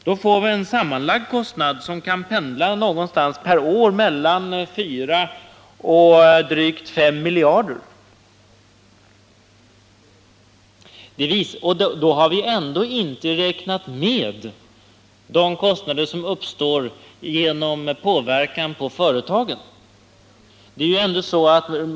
Då får vi en sammanlagd kostnad per år som kan pendla någonstans mellan 4 och drygt 5 miljarder. Då har vi ändå inte räknat med de kostnader som uppstår genom påverkan på företagen.